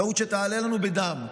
טעות שתעלה לנו בדם.